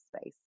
space